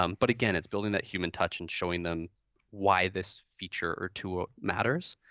um but, again, it's building that human touch and showing them why this feature or tool matters.